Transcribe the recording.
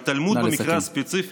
נא לסכם.